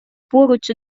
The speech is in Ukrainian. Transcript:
поруч